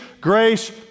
grace